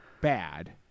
bad